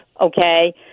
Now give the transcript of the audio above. okay